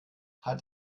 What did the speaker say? hat